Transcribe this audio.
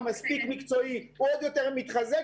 הוא מספיק מקצועי והוא מתחזק עוד יותר.